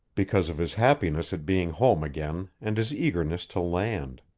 because of his happiness at being home again and his eagerness to land.